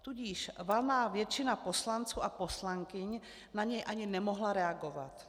Tudíž valná většina poslanců a poslankyň na něj ani nemohla reagovat.